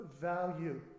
value